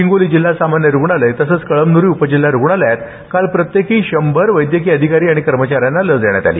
हिंगोली जिल्हा सामान्य रुग्णालय तसंच कळमन्री उपजिल्हा रुग्णालयात काल प्रत्येकी शंभर वैद्यकीय अधिकारी आणि कर्मचाऱ्यांना लस देण्यात आली